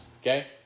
Okay